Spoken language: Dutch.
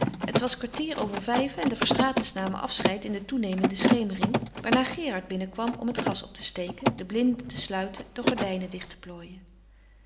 het was kwartier over vijven en de verstraetens namen afscheid in de toenemende schemering waarna gerard binnenkwam om het gas op te steken de blinden te sluiten de gordijnen dicht te plooien